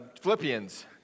Philippians